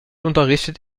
unterrichtet